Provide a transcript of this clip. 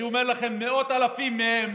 אני אומר לכם, מאות אלפים מהם